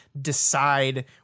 decide